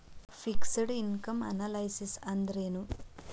Fixed income analysis ಅಂದ್ರೆನು?